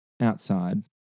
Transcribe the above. outside